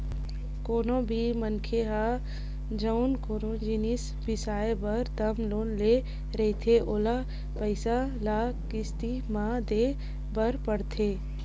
कोनो भी मनखे ह जउन कोनो जिनिस बिसाए बर टर्म लोन ले रहिथे ओला पइसा ल किस्ती म देय बर परथे